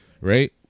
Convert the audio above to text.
right